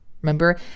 remember